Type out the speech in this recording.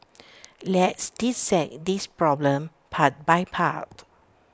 let's dissect this problem part by part